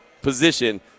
position